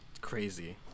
Crazy